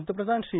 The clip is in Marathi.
पंतप्रधान श्री